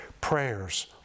prayers